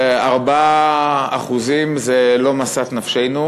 ש-4% זה לא משאת נפשנו,